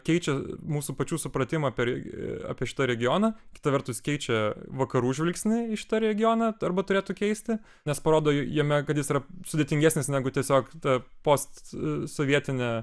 keičia mūsų pačių supratimą apie reg apie šitą regioną kita vertus keičia vakarų žvilgsnį į šitą regioną arba turėtų keisti nes parodo jame kad jis yra sudėtingesnis negu tiesiog ta postsovietinė